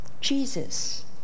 Jesus